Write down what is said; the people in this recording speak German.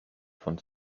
von